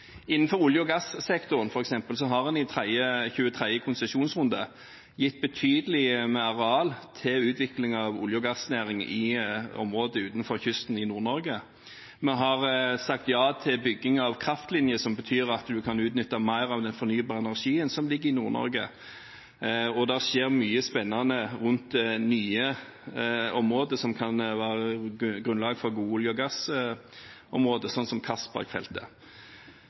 Innenfor olje- og gassektoren, f.eks., har en i 23. konsesjonsrunde gitt betydelig mer valg med hensyn til utvikling av olje- og gassnæring i området utenfor kysten i Nord-Norge. Vi har sagt ja til bygging av kraftlinje, som betyr at en kan utnytte mer av den fornybare energien som ligger i Nord-Norge, og det skjer mye spennende rundt nye områder, som kan være grunnlag for gode olje- og gassområder, slik som